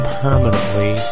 permanently